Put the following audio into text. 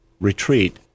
retreat